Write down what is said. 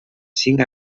cinc